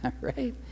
Right